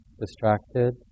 distracted